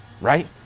right